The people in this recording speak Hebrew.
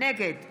נגד